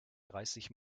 dreißig